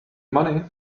money